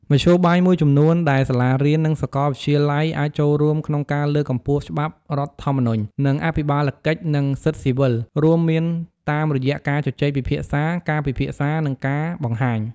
មធ្យោបាយមួយចំនួនដែលសាលារៀន និងសាកលវិទ្យាល័យអាចចូលរួមក្នុងការលើកកម្ពស់ច្បាប់រដ្ឋធម្មនុញ្ញ និងអភិបាលកិច្ច និងសិទ្ធិស៊ីវិល រួមមានតាមរយៈការជជែកពិភាក្សា ការពិភាក្សា និងការបង្ហាញ។